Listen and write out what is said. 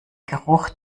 geruch